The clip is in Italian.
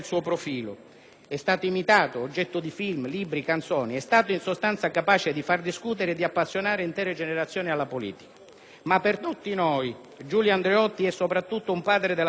è stato imitato, oggetto di film, libri, canzoni. È stato, in sostanza, capace di far discutere e appassionare intere generazioni alla politica, ma per tutti noi Giulio Andreotti è soprattutto un padre della democrazia,